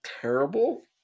terrible